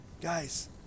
Guys